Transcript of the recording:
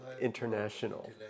International